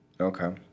Okay